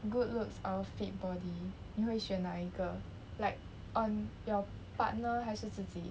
good looks or fit body 你会选哪一个 like on your partner 还是自己